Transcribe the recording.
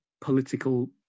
political